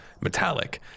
metallic